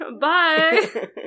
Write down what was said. bye